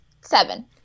seven